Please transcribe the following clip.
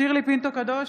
שירלי פינטו קדוש,